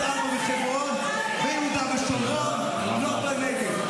ארבע וחברון ביהודה ושומרון ולא בנגב.